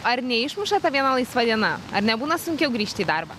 ar neišmuša ta viena laisva diena ar nebūna sunkiau grįžt į darbą